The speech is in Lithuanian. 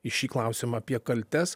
į šį klausimą apie kaltes